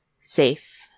safe